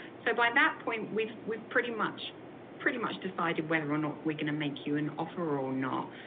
so by that point we've we've pretty much pretty much decided whether or not we're going to make you an offer or not.